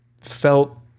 felt